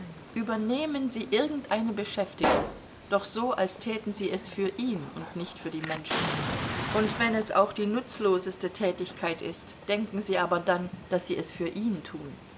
übernehmen sie irgendeine beschäftigung doch so als täten sie es für ihn und nicht für die menschen und wenn es auch die nutzloseste tätigkeit ist denken sie aber dann daß sie es für ihn tun